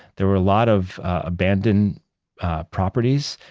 there were a lot of abandoned properties,